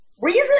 reason